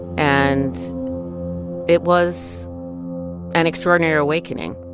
and it was an extraordinary awakening